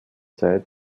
zeit